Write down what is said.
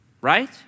right